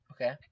Okay